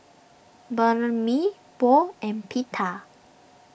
Banh Mi Pho and Pita